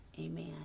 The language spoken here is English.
amen